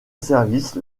service